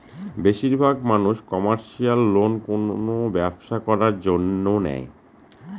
বেশির ভাগ মানুষ কমার্শিয়াল লোন কোনো ব্যবসা করার জন্য নেয়